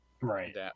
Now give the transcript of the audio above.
right